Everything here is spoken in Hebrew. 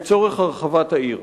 לצורך הרחבת העיר.